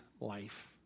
life